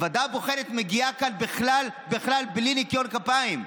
הוועדה הבוחנת מגיעה כאן בכלל בלי ניקיון כפיים.